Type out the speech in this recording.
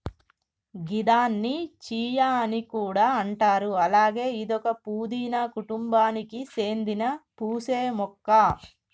గిదాన్ని చియా అని కూడా అంటారు అలాగే ఇదొక పూదీన కుటుంబానికి సేందిన పూసే మొక్క